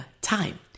time